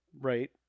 right